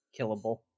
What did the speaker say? killable